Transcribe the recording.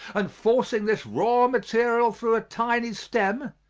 and forcing this raw material through a tiny stem,